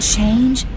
Change